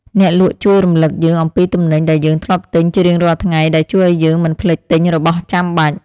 អ្នកលក់ជួយរំលឹកយើងអំពីទំនិញដែលយើងធ្លាប់ទិញជារៀងរាល់ថ្ងៃដែលជួយឱ្យយើងមិនភ្លេចទិញរបស់ចាំបាច់។